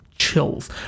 chills